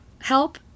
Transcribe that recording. help